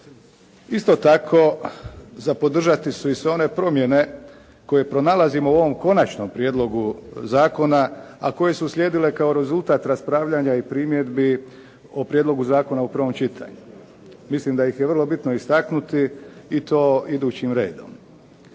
Isto tako, za podržati su i sve one promjene koje pronalazimo u ovom Konačnom prijedlogu zakona, a koje su uslijedile kao rezultat raspravljanja i primjedbi o prijedlogu zakona u prvom čitanju. Mislim da ih je vrlo bitno istaknuti i to idućim redom.